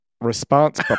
response